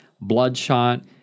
Bloodshot